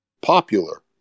popular